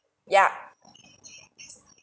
ya